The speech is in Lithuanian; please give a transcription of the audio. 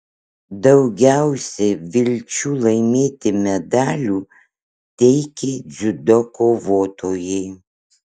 daugiausiai vilčių laimėti medalių teikė dziudo kovotojai